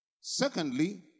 Secondly